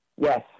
Yes